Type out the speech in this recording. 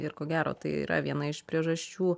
ir ko gero tai yra viena iš priežasčių